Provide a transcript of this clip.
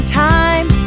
time